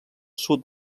sud